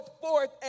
forth